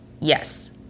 Yes